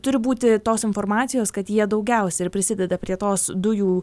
turi būti tos informacijos kad jie daugiausia ir prisideda prie tos dujų